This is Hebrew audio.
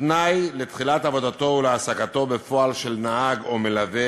התנאי לתחילת עבודתו ולהעסקתו בפועל של נהג או מלווה